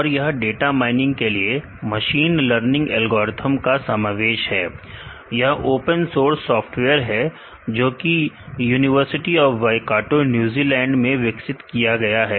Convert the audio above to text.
और यह data mining के लिए मशीन लर्निंग एल्गोरिथम का समावेश है यह ओपन सोर्स सॉफ्टवेयर है जोकि यूनिवर्सिटी ऑफ वाईकाटो न्यूजीलैंड में विकसित किया गया है